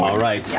um right, yeah